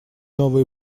новые